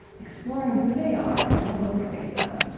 exploring who they are and what motivates them.